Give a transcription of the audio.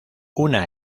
una